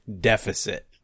deficit